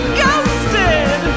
ghosted